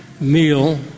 meal